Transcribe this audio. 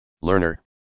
Learner